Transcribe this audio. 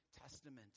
Testament